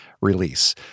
release